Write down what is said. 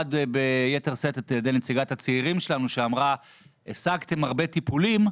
ביתר שאת על ידי נציגת הצעירים שלנו שאמרה שהשגתם הרבה טיפולים,